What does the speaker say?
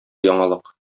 яңалык